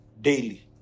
daily